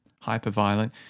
hyper-violent